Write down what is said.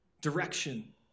Direction